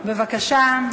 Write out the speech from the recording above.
בבקשה.